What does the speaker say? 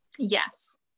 Yes